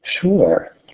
Sure